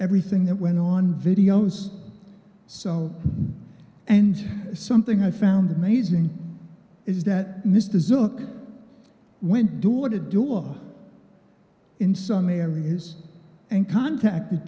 everything that went on videos so and something i found amazing is that mr zucker went door to door in some areas and contacted